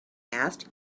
asked